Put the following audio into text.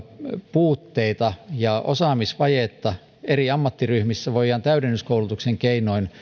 puutteita ja osaamisvajetta eri ammattiryhmissä voidaan täydennyskoulutuksen keinoin